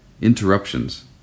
Interruptions